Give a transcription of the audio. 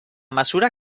mesura